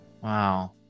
wow